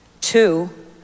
Two